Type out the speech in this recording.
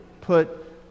put